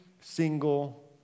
single